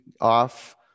off